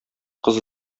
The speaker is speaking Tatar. кызы